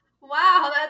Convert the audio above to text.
Wow